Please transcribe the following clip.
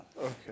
Okay